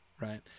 right